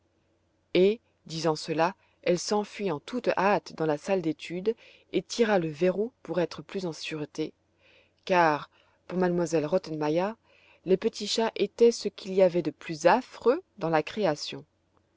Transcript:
et disant cela elle s'enfuit en toute hâte dans la salle d'études et tira le verrou pour être plus en sûreté car pour m elle rottenmeier les petits chats étaient ce qu'il y avait de plus affreux dans la création